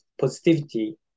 positivity